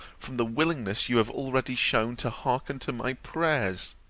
from the willingness you have already shewn to hearken to my prayers.